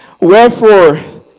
Wherefore